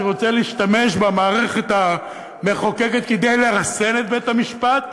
שרוצה להשתמש במערכת המחוקקת כדי לרסן את בית-המשפט.